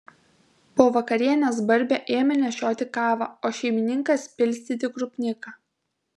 po vakarienės barbė ėmė nešioti kavą o šeimininkas pilstyti krupniką